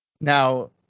Now